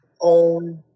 own